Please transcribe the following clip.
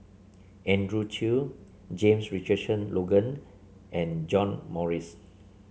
Andrew Chew James Richardson Logan and John Morrice